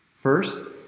First